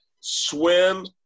swim